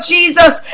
Jesus